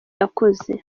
yakoze